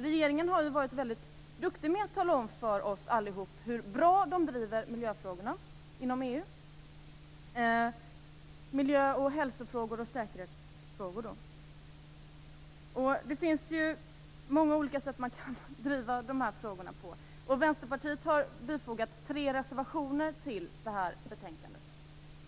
Regeringen har varit väldigt duktig på att tala om för oss allihop hur bra den driver miljöfrågorna inom EU, alltså miljö hälso och säkerhetsfrågorna. Det finns ju många olika sätt att driva de här frågorna på. Vänsterpartiet har bifogat tre reservationer till betänkandet.